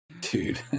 Dude